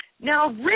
Now